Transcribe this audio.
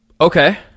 Okay